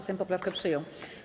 Sejm poprawkę przyjął.